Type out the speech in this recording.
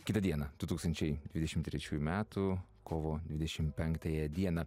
kitą dieną du tūkstančiai dvidešim trečiųjų metų kovo dvidešim penktąją dieną